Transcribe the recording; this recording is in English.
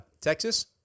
Texas